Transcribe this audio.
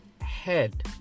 Head